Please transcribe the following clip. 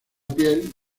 piel